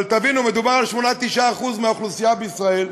אבל תבינו, מדובר ב-9%-8% מהאוכלוסייה בישראל,